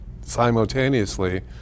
simultaneously –